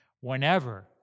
whenever